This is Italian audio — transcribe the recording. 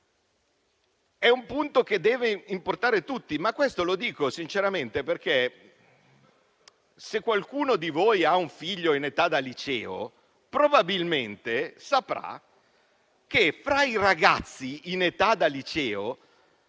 un punto questo che deve importare tutti, lo dico sinceramente. Se, infatti, qualcuno di voi ha un figlio in età da liceo, probabilmente saprà che fra i ragazzi in età da liceo